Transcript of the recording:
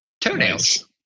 toenails